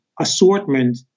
assortment